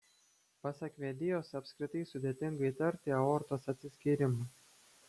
pasak vedėjos apskritai sudėtinga įtarti aortos atsiskyrimą